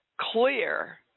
clear